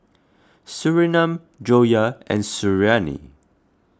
Surinam Joyah and Suriani